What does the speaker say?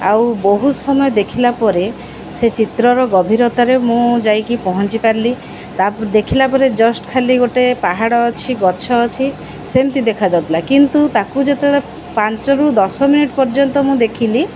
ଆଉ ବହୁତ ସମୟ ଦେଖିଲା ପରେ ସେ ଚିତ୍ରର ଗଭୀରତାରେ ମୁଁ ଯାଇକି ପହଞ୍ଚି ପାରିଲି ଦେଖିଲା ପରେ ଜଷ୍ଟ ଖାଲି ଗୋଟେ ପାହାଡ଼ ଅଛି ଗଛ ଅଛି ସେମିତି ଦେଖା ଯାଉଥିଲା କିନ୍ତୁ ତାକୁ ଯେତେବେଳେ ପାଞ୍ଚରୁ ଦଶ ମିନିଟ ପର୍ଯ୍ୟନ୍ତ ମୁଁ ଦେଖିଲି